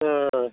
ए